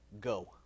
go